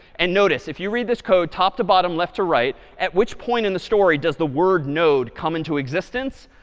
and notice, if you read this code top to bottom, left to right, at which point in the story does the word node come into existence?